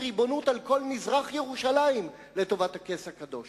ריבונות על כל מזרח-ירושלים לטובת הכס הקדוש.